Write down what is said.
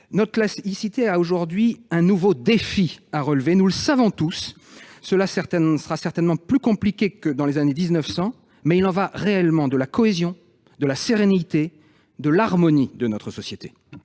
Notre laïcité a aujourd'hui un nouveau défi à relever. Nous le savons tous. Cela sera sans doute plus compliqué encore que dans les années 1900, mais il y va réellement de la cohésion, de la sérénité et de l'harmonie de notre société.